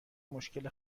مشکل